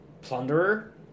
Plunderer